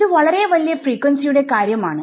ഇത് വളരെ വലിയ ഫ്രീക്വൻസിയുടെ കാര്യം ആണ്